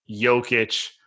Jokic